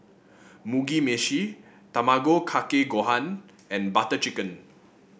Mugi Meshi Tamago Kake Gohan and Butter Chicken